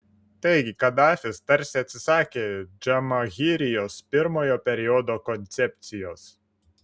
taigi kadafis tarsi atsisakė džamahirijos pirmojo periodo koncepcijos